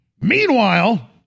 Meanwhile